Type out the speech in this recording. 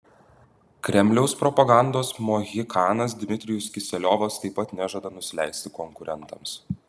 kremliaus propagandos mohikanas dmitrijus kiseliovas taip pat nežada nusileisti konkurentams